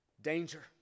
Danger